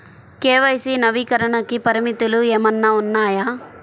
KYC నవీకరణకి పరిమితులు ఏమన్నా ఉన్నాయా?